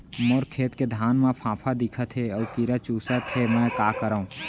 मोर खेत के धान मा फ़ांफां दिखत हे अऊ कीरा चुसत हे मैं का करंव?